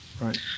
Right